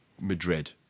Madrid